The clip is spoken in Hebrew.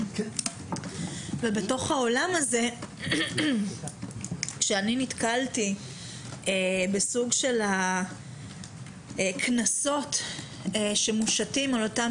ובתוך העולם הזה כשאני נתקלתי בסוג של הקנסות שמושתים על אותם